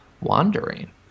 wandering